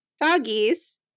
doggies